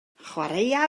chwaraea